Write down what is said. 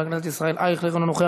חבר הכנסת ישראל אייכלר, אינו נוכח.